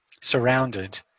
surrounded